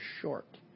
short